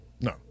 No